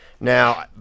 Now